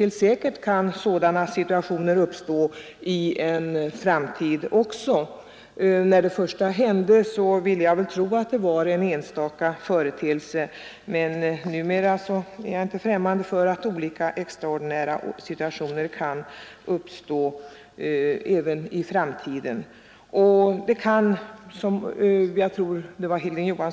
När det första fallet inträffade ville jag väl tro att det var en enstaka företeelse, men numera står jag inte främmande för att olika extraordinära situationer kan uppstå också i framtiden. Det är tveksamt om reglerna för